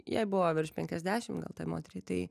jai buvo virš penkiasdešimt gal tai moteriai tai